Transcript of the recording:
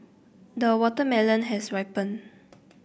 the watermelon has ripened